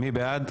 מי בעד?